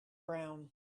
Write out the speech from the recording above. brown